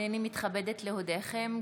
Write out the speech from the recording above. הינני מתכבדת להודיעכם,